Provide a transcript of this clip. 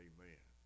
Amen